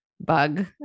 bug